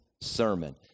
sermon